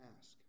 ask